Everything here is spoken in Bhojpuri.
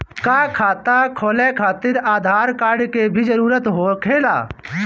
का खाता खोले खातिर आधार कार्ड के भी जरूरत होखेला?